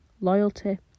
loyalty